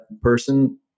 person